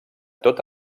tot